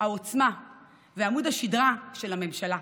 העוצמה ועמוד השדרה של הממשלה,